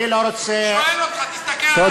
אני לא רוצה, אני שואל אותך, תסתכל על עצמך כרגע.